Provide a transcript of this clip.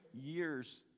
years